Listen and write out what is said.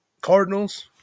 Cardinals